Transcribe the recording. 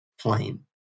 plane